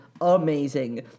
amazing